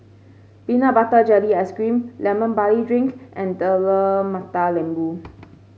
Peanut Butter Jelly Ice cream Lemon Barley Drink and Telur Mata Lembu